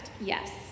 Yes